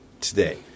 today